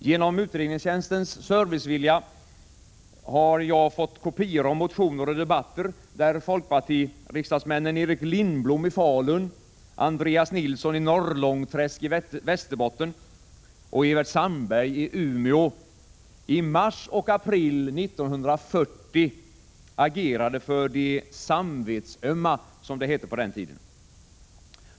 Genom utredningstjänstens servicevilja har jag fått kopior av motioner och debatter där folkpartiriksdagsmännen Erik Lindblom i Falun, Andreas Nilsson i Norrlångträsk i Västerbotten och Evert Sandberg i Umeå i mars och april 1940 agerade för de ”samvetsömma”, som det hette på den tiden.